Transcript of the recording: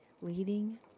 leading